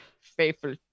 faithful